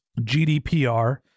GDPR